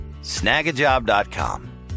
Snagajob.com